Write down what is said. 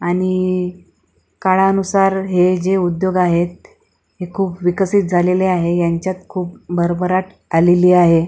आणि काळानुसार हे जे उद्योग आहेत हे खूप विकसित झालेले आहे यांच्यात खूप भरभराट आलेली आहे